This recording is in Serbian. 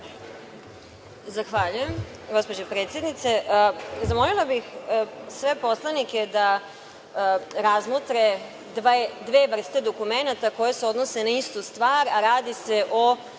Zahvaljujem gospođo predsednice. Zamolila bih sve poslanike da razmotre dve vrste dokumenata koje se odnose na istu stvar, a radi se o